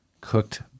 Cooked